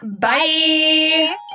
Bye